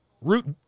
Root